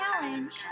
challenge